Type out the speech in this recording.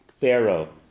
Pharaoh